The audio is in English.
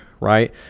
right